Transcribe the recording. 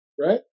right